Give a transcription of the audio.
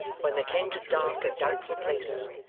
when they came to dark and doubtful places,